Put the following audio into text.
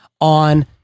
on